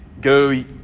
go